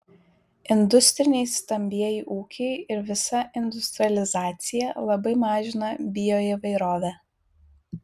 industriniai stambieji ūkiai ir visa industrializacija labai mažina bioįvairovę